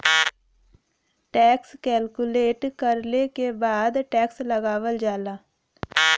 tax calculate करले के बाद टैक्स लगावल जाला